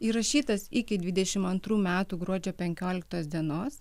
įrašytas iki dvidešimt antrų metų gruodžio penkioliktos dienos